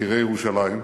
יקירי ירושלים,